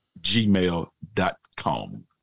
gmail.com